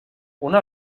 una